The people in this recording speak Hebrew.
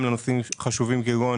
גם לנושאים חשובים כגון